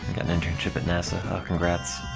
got an internship at nasa